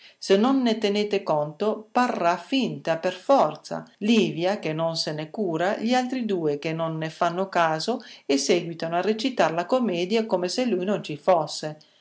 se non ne tenete conto parrà finta per forza livia che non se ne cura gli altri due che non ne fanno caso e seguitano a recitar la commedia come se lui non ci fosse